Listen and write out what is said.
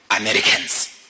Americans